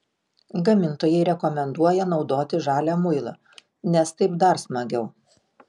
gamintojai rekomenduoja naudoti žalią muilą nes taip dar smagiau